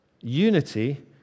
unity